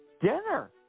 dinner